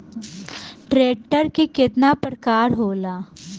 Tractor के केतना प्रकार होला?